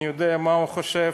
אני יודע מה הוא חושב,